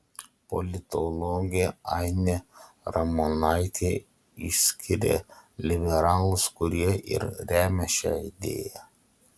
politologė ainė ramonaitė išskiria liberalus kurie ir remia šią idėją